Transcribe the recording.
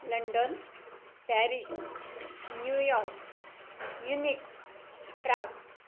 London Paris New York Munich prague